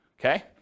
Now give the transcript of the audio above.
okay